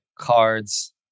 Cards